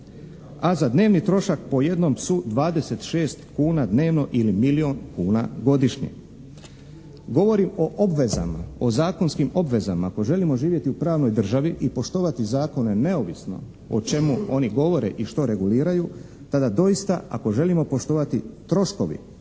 a za dnevni trošak po jednom psu 26 kuna dnevno ili milijun kuna godišnje. Govorim o obvezama, o zakonskim obvezama. Ako želimo živjeti u pravnoj državi i poštovati zakone neovisno o čemu oni govore i što reguliraju, tada doista ako želimo poštovati troškovi